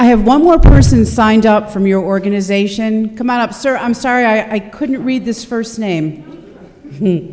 i have one more person signed up from your organization come on up sir i'm sorry i couldn't read this first name m